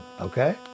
okay